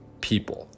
people